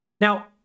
Now